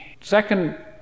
second